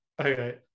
okay